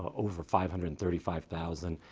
over five hundred and thirty five thousand,